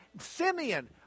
Simeon